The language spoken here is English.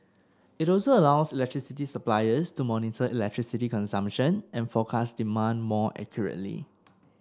it also allows electricity suppliers to monitor electricity consumption and forecast demand more accurately